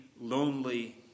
lonely